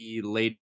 late